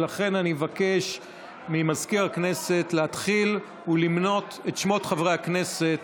ולכן אני מבקש ממזכיר הכנסת להתחיל ולמנות את שמות חברי הכנסת,